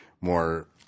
more